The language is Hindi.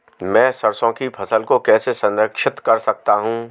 मैं सरसों की फसल को कैसे संरक्षित कर सकता हूँ?